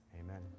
Amen